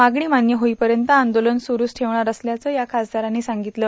मागणी मान्य होईपर्यंत आंदोलन सुरुच ठेवणार असल्याचं या खासदारांनी सांगितलं